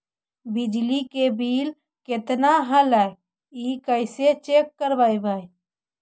बिजली के बिल केतना ऐले हे इ कैसे चेक करबइ?